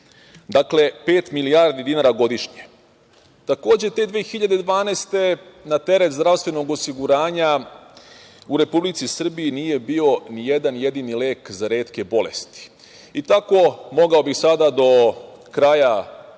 Dakle, pet milijardi dinara godišnje. Takođe, te 2012. godine na teret zdravstvenog osiguranja u Republici Srbiji nije bio ni jedan jedini lek za retke bolesti. Tako bih mogao sada do kraja vremena